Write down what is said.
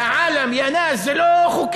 יא עאלם, יא נאס, זה לא חוקי,